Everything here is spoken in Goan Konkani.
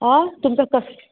ओ तुमकां कश्